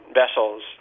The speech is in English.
vessels